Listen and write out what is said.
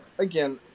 again